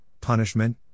punishment